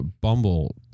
Bumble